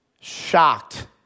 Shocked